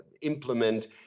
implement